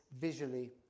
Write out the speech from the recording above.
visually